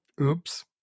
Oops